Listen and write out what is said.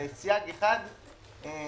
אבל השמיטה באה לידי ביטוי כל שנה מחדש.